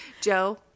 Joe